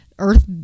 earth